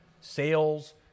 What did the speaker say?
sales